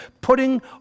putting